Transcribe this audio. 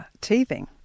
teething